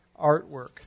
artwork